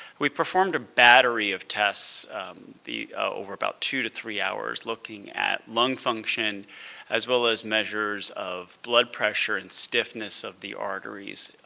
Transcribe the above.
we performed a battery of tests over about two to three hours, looking at lung function as well as measures of blood pressure and stiffness of the arteries,